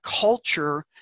culture